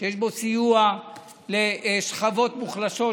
שיש בו סיוע לשכבות מוחלשות,